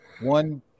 one